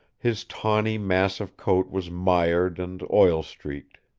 his tawny mass of coat was mired and oil streaked.